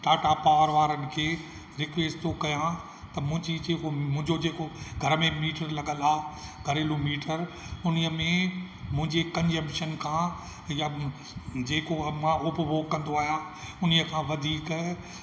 Tata power वारनि खे request थो कयां त मुंहिंजी जेको मुंहिंजो जेको घर में मीटर लॻल आहे घरेलू मीटर उन में मुंहिंजे कंजप्शन खां या जेको आहे मां उपभोग कंदो आहियां उन खां वधीक